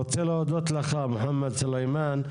אני רוצה להודות לך מוחמד סולימאן,